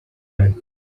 band